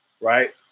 right